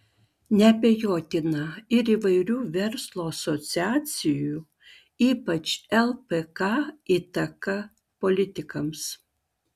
neabejotina ir įvairių verslo asociacijų ypač lpk įtaka politikams